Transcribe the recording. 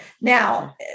now